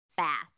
Fast